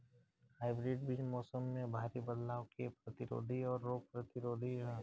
hybrid बीज मौसम में भारी बदलाव के प्रतिरोधी और रोग प्रतिरोधी ह